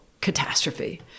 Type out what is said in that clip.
catastrophe